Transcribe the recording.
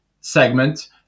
segment